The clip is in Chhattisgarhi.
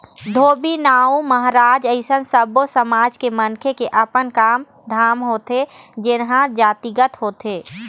धोबी, नाउ, महराज अइसन सब्बो समाज के मनखे के अपन काम धाम होथे जेनहा जातिगत होथे